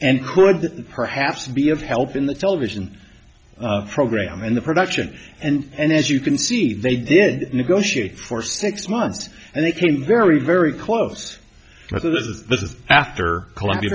and could perhaps be of help in the television program and the production and as you can see they did negotiate for six months and they came very very close but it was the after columbia